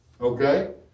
Okay